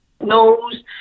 knows